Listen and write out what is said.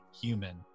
Human